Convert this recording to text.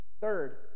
Third